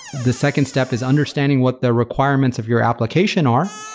the second step is understanding what the requirements of your application are,